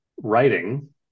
writing